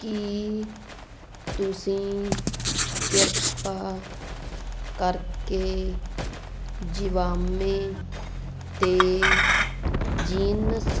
ਕੀ ਤੁਸੀਂ ਕਿਰਪਾ ਕਰਕੇ ਜ਼ਿਵਾਮੇ 'ਤੇ ਜੀਨਸ